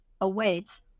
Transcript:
awaits